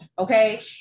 Okay